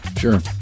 Sure